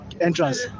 entrance